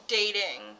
dating